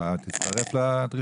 תצטרף לדרישה הזאת?